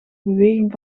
beweging